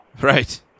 Right